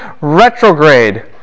retrograde